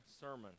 sermon